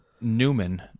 Newman